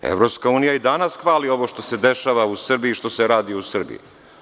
Evropska unija i danas hvali ovo što se dešava u Srbiji i što se radi u Srbiji.